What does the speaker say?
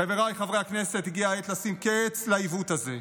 חבריי חברי הכנסת, הגיעה העת לשים קץ לעיוות הזה,